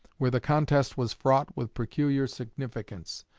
where the contest was fraught with peculiar significance.